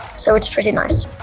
so it's pretty nice.